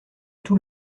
tout